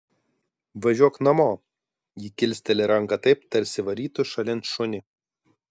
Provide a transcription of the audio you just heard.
važiuok namo ji kilsteli ranką taip tarsi varytų šalin šunį